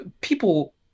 people